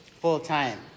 full-time